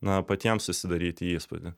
na patiems susidaryti įspūdį